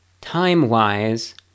time-wise